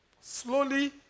Slowly